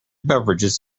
beverages